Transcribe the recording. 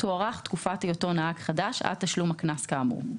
תוארך תקופת היותו נהג חדש עד תשלום הקנס כאמור,